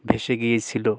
ভেসে গিয়েছিলো